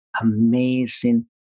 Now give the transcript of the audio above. amazing